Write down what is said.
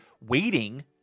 waiting